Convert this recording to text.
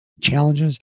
challenges